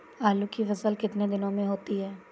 आलू की फसल कितने दिनों में होती है?